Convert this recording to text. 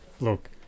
look